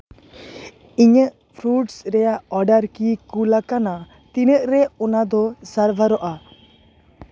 ᱤᱧᱟᱹᱜ ᱯᱷᱨᱩᱴᱥ ᱨᱮᱭᱟᱜ ᱚᱰᱟᱨ ᱠᱤ ᱠᱩᱞ ᱟᱠᱟᱱᱟ ᱛᱤᱱᱟᱹᱜ ᱨᱮ ᱚᱱᱟ ᱫᱚ ᱥᱟᱨᱵᱷᱟᱨᱚᱜᱼᱟ